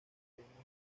imaginado